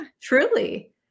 truly